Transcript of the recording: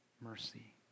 mercy